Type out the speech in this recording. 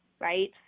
right